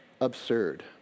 absurd